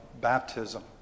baptism